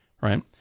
Right